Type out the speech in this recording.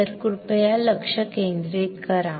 तर कृपया लक्ष केंद्रित करा